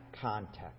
context